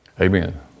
amen